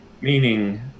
Meaning